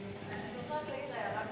אני רוצה רק להעיר הערה קטנה.